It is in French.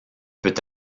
peut